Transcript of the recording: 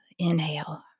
inhale